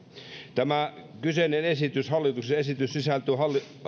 tämä kyseinen hallituksen esitys sisältyy